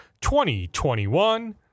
2021